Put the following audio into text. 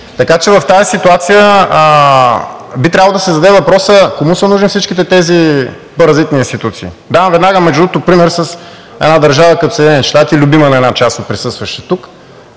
Така че в тази ситуация би трябвало да се зададе въпросът: кому са нужни всички тези паразитни институции? Веднага давам, между другото, пример с една държава като Съединените щати – любима на една част от присъстващите тук,